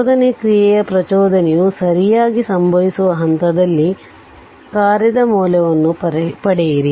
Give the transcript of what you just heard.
ಪ್ರಚೋದನೆಯ ಕ್ರಿಯೆಯ ಪ್ರಚೋದನೆಯು ಸರಿಯಾಗಿ ಸಂಭವಿಸುವ ಹಂತದಲ್ಲಿ ಕಾರ್ಯದ ಮೌಲ್ಯವನ್ನು ಪಡೆಯಿರಿ